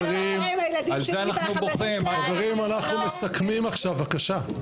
חברים, אנחנו מסכמים עכשיו, בבקשה.